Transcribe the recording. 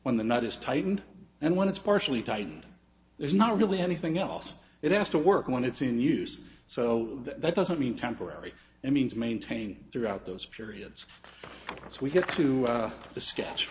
when the knot is tightened and when it's partially tightened there's not really anything else it has to work when it's in use so that doesn't mean temporary it means maintaining throughout those periods as we get to the sketch